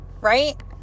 right